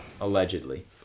allegedly